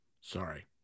Sorry